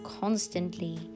constantly